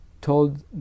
told